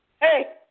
Hey